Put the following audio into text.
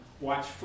watch